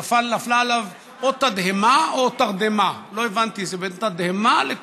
נפלה עליו תדהמה או תרדמה.